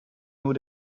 nur